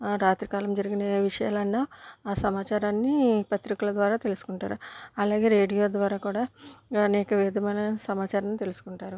రాత్రి కాలము జరిగిన విషయాలైనా ఆ సమాచారాన్ని పత్రికల ద్వారా తెలుసుకుంటారు అలాగే రేడియో ద్వారా కూడా అనేక విధమైన సమాచారాన్ని తెలుసుకుంటారు